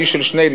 היא של שנינו,